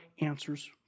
answers